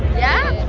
yeah?